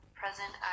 present